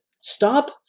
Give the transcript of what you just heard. Stop